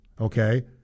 okay